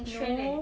no